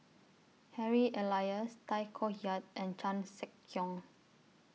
Harry Elias Tay Koh Yat and Chan Sek Keong